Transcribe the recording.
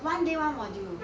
one day one module